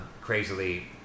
crazily